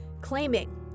claiming